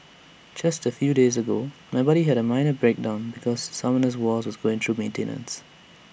just A few days ago my buddy had A minor breakdown because Summoners war was going through maintenance